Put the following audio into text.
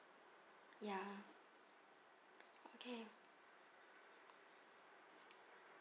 ya okay